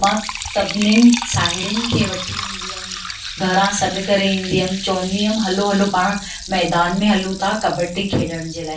मां सभिनीनि साहेड़ियुनि खे वठी ईंदी हुयमि घरां सॾु करे ईंदी हुयमि चवंदी हुयमि हलो हलो पाण मैदान में हलूं था कॿडी खेॾण जे लाइ